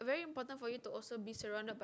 very important for you to be surrounded by